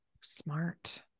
Smart